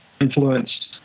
influenced